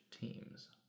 teams